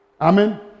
amen